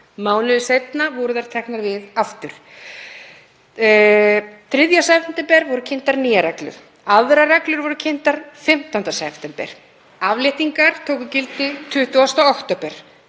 Mánuði seinna voru þær teknar upp aftur. Þann 3. september voru kynntar nýjar reglur. Aðrar reglur voru kynntar 15. september. Afléttingar tóku gildi 20. október.